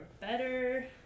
better